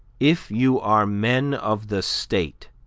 if you are men of the state,